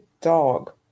dog